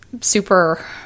super